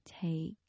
take